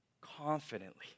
confidently